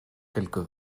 quelques